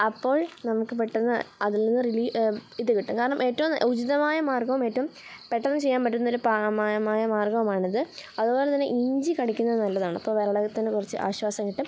അപ്പോൾ നമുക്ക് പെട്ടെന്ന് അതിൽ നിന്ന് റിലീ ഇതു കിട്ടും കാരണം ഏറ്റവും ഉചിതമായ മാർഗ്ഗവും ഏറ്റവും പെട്ടെന്നു ചെയ്യാൻ പറ്റുന്നൊരു പാ മായ മായ മാർഗ്ഗമാണത് അതു പോലെ തന്നെ ഇഞ്ചി കടിക്കുന്നത് നല്ലതാണ് അപ്പം വയറിളക്കത്തിന് കുറച്ച് ആശ്വാസം കിട്ടും